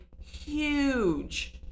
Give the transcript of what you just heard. huge